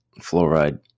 fluoride